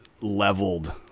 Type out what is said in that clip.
leveled